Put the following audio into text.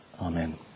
Amen